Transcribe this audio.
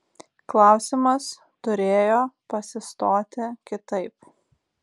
klausimas turėjo pasistoti kitaip